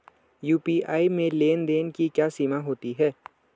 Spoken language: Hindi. यू.पी.आई में लेन देन की क्या सीमा होती है?